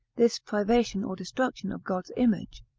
this privation or destruction of god's image,